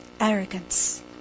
Arrogance